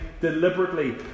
deliberately